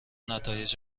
نتایج